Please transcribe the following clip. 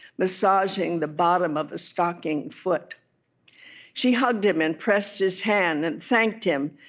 massaging the bottom of a stockinged foot she hugged him and pressed his hand and thanked him,